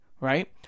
right